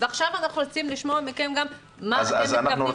עכשיו אנחנו רוצים לשמוע מכם מה אתם מתכוונים לעשות.